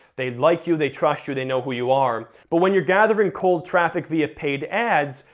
they like you, they trust you, they know who you are, but when you're gathering cold traffic via paid ads,